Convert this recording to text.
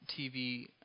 TV